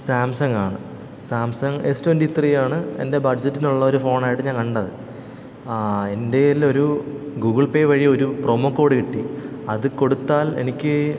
സാംസങ്ങാണ് Samsung S twenty ത്രീയാണ് എൻ്റെ ബഡ്ജറ്റിനുള്ളൊരു ഫോണായിട്ട് ഞാൻ കണ്ടത് എൻ്റെ കയ്യിലൊരു ഗൂഗിൾ പേ വഴി ഒരു പ്രമോ കോഡ് കിട്ടി അത് കൊടുത്താൽ എനിക്ക്